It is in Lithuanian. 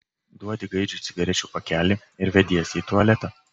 duodi gaidžiui cigarečių pakelį ir vediesi į tualetą